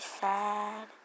sad